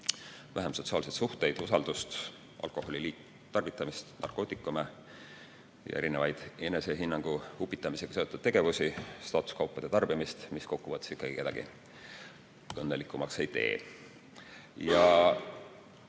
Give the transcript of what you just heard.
vähem sotsiaalseid suhteid ja usaldust, alkoholi liigtarvitamist, narkootikume ja erinevaid enesehinnangu upitamisega seotud tegevusi, staatuskaupade tarbimist, mis kokku võttes ikka kedagi õnnelikumaks ei tee.